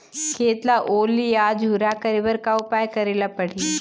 खेत ला ओल या झुरा करे बर का उपाय करेला पड़ही?